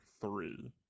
three